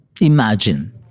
imagine